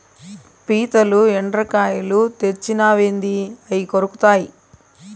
పీతలు, ఎండ్రకాయలు తెచ్చినావేంది అయ్యి కొరుకుతాయి